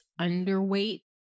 underweight